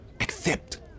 accept